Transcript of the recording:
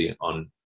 on